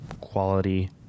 quality